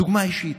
דגמה אישית.